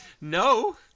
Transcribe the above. no